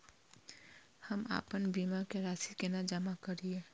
हम आपन बीमा के राशि केना जमा करिए?